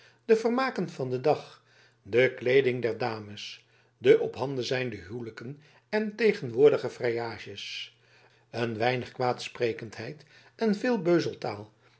de vermaken van den dag de kleeding der dames de ophanden zijnde huwelijken en tegenwoordige vrijages een weinig kwaadsprekendheid en veel beuzeltaal